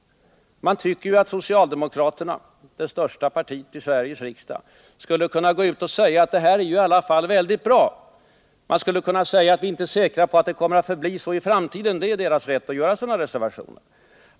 Man tycker ju att socialdemokraterna, det största partiet i Sveriges riksdag, skulle kunna gå ut och säga att det här är i alla fall väldigt bra. Man skulle kunna säga att vi är inte säkra på att det kommer att förbli så i framtiden — det är deras rätt att göra sådana reservationer.